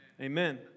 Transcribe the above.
Amen